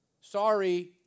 Sorry